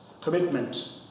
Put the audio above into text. Commitment